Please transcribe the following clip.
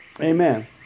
Amen